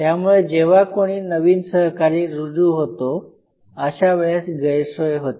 त्यामुळे जेव्हा कोणी नवीन सहकारी रुजू होतो अशा वेळेस गैरसोय होते